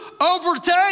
overtake